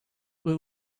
will